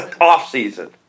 Off-season